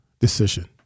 decision